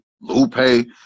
lupe